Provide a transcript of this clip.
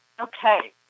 Okay